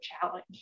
challenge